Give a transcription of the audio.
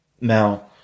Now